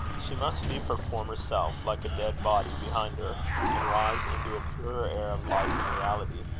she must leave her former self, like a dead body, behind her, and rise into a purer air of life and reality,